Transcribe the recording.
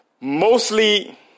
mostly